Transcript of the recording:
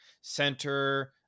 Center